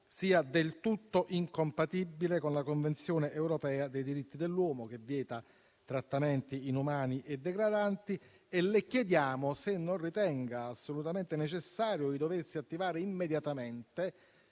sia del tutto incompatibile con la Convenzione europea dei diritti dell'uomo, che vieta trattamenti inumani e degradanti e le chiediamo se non ritenga assolutamente necessario doversi attivare immediatamente